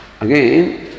again